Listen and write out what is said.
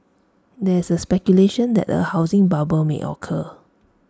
there is speculation that A housing bubble may occur